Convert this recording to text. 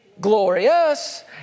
glorious